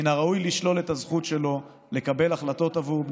מן הראוי לשלול את הזכות שלו לקבל החלטות עבור בנו,